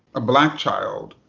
a black child,